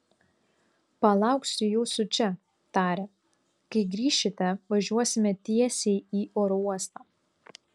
palauksiu jūsų čia tarė kai grįšite važiuosime tiesiai į oro uostą